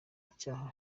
icyaha